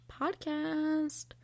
podcast